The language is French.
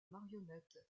marionnette